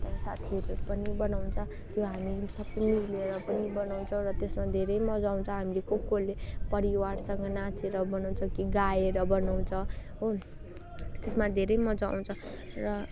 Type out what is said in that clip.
साथीहरूले पनि बनाउँछ त्यो हामी सबै मिलेर पनि बनाउँछ र त्यसमा धेरै मजा आउँछ हामीले कसकसहरूले परिवारसँग नाचेर बनाउँछ गीत गाएर बनाउँछ हो त्यसमा धेरै मजा आउँछ र